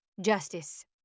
Justice